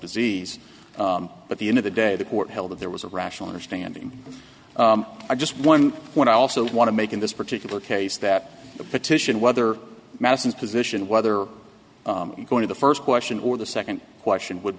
disease but the end of the day the court held that there was a rational understanding of just one when i also want to make in this particular case that the petition whether madison's position whether he's going to the first question or the second question would